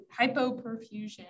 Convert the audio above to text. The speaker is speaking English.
hypoperfusion